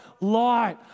light